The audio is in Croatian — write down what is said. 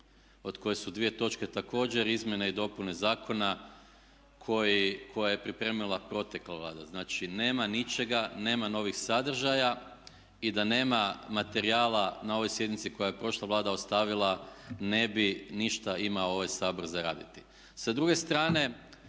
od koje su dvije točke također izmjena i dopune zakona koje je pripremila protekla Vlada. Znači nema ničega, nema novih sadržaja i da nema materijala na ovoj sjednici koje je prošla Vlada ostavila ne bi ništa imao ovaj Sabor za raditi. Sa druge strane